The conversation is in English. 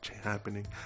Happening